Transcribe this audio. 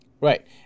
Right